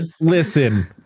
listen